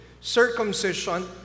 Circumcision